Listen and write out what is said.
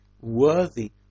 worthy